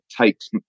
takes